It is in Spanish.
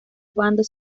bandos